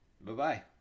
bye-bye